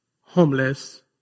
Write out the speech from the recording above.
homeless